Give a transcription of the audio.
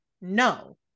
no